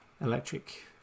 electric